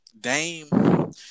Dame